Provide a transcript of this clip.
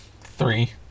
three